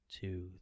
Two